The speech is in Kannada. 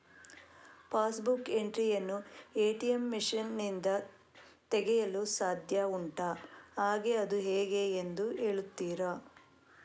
ಪಾಸ್ ಬುಕ್ ಎಂಟ್ರಿ ಯನ್ನು ಎ.ಟಿ.ಎಂ ಮಷೀನ್ ನಿಂದ ತೆಗೆಯಲು ಸಾಧ್ಯ ಉಂಟಾ ಹಾಗೆ ಅದು ಹೇಗೆ ಎಂದು ಹೇಳುತ್ತೀರಾ?